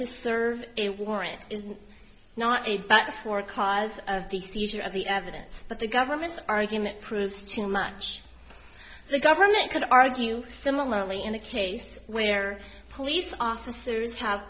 to serve a warrant is not a but for cause of the user of the evidence but the government's argument proves too much the government could argue similarly in a case where police officers have